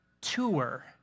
tour